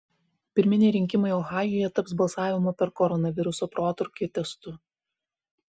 pirminiai rinkimai ohajuje taps balsavimo per koronaviruso protrūkį testu